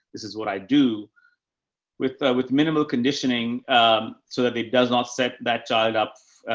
this is what i do with, ah, with minimal conditioning, um, so that it does not set that child up, ah,